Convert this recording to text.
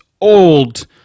old –